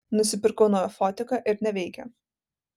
nusipirkau naują fotiką ir neveikia